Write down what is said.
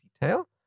detail